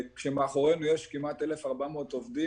כשמאחורינו יש כמעט 1,400 עובדים,